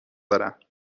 دارم